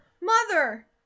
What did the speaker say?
mother